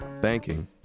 Banking